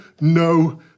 no